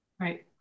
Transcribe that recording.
Right